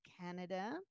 Canada